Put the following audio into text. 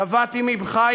תבעתי ממך,